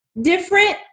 different